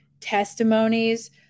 testimonies